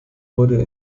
wurde